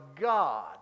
God